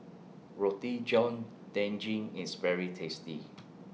Roti John Daging IS very tasty